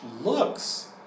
looks